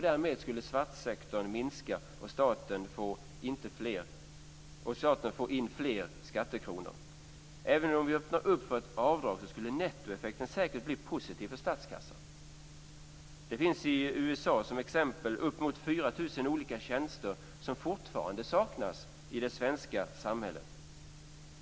Därmed skulle svartsektorn minska och staten få in fler skattekronor. Även om vi öppnar för ett avdrag, skulle nettoeffekten säkert bli positiv för statskassan. Det finns i USA, som exempel, uppemot 4 000 olika tjänster som fortfarande saknas i det svenska samhället.